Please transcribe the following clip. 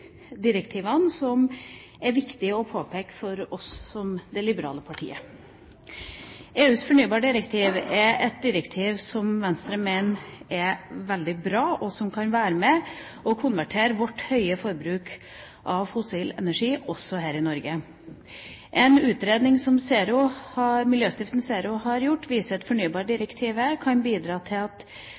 direktivene som det er viktig å påpeke for oss som det liberale partiet. EUs fornybardirektiv er et direktiv som Venstre mener er veldig bra, og som kan være med på å konvertere vårt høye forbruk av fossil energi også her i Norge. En utredning som miljøstiftelsen ZERO har gjort, viser at fornybardirektivet kan bidra til at